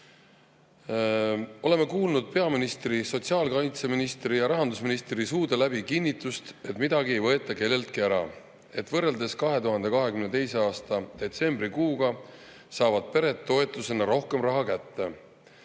"Oleme kuulnud peaministri, sotsiaalkaitseministri ja rahandusministri suude läbi kinnitust, et midagi ei võeta kelleltki ära, et võrreldes 2022. aasta detsembrikuuga saavad pered toetusena rohkem raha kätte.